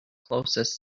closest